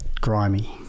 Grimy